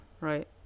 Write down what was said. right